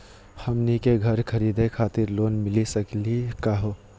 हमनी के घर खरीदै खातिर लोन मिली सकली का हो?